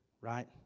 right